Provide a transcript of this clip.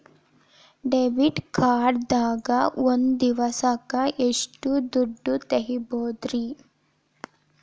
Debit card ದಾಗ ಒಂದ್ ದಿವಸಕ್ಕ ಎಷ್ಟು ದುಡ್ಡ ತೆಗಿಬಹುದ್ರಿ?